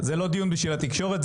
זה לא דיון בשביל התקשורת,